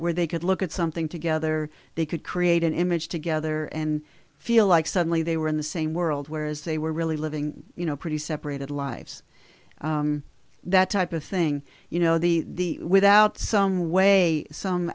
where they could look at something together they could create an image together and feel like suddenly they were in the same world whereas they were really living you know pretty separated lives that type of thing you know the without some way some